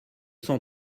cent